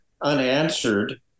unanswered